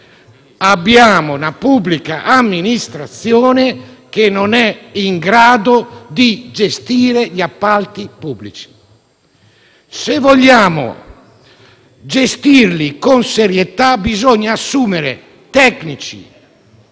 abbiamo una pubblica amministrazione non in grado di gestire gli appalti pubblici. Se vogliamo gestirli con serietà, bisogna assumere tecnici,